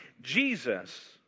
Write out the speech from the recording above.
Jesus